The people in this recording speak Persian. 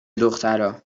دخترها